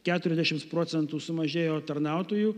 keturiasdešims procentų sumažėjo tarnautojų